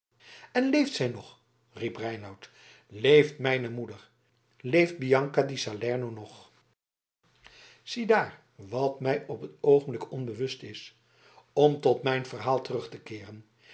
en leeft zij nog riep reinout leeft mijne moeder leeft bianca di salerno nog ziedaar wat mij op het oogenblik onbewust is om tot mijn verhaal terug te keeren